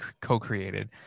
co-created